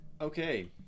Okay